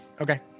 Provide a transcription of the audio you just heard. Okay